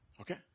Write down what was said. Okay